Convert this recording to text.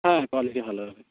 হ্যাঁ হ্যাঁ কোয়ালিটি ভালো হবে